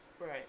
Right